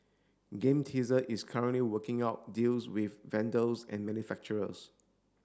game teaser is currently working out deals with vendors and manufacturers